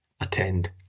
attend